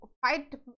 fight